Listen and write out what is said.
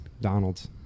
Donald's